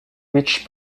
which